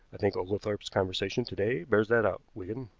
i think oglethorpe's conversation to-day bears that out, wigan.